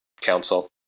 council